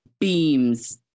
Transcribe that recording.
beams